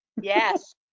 Yes